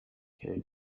can